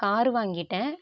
car வாங்கிட்டேன்